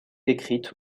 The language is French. écrite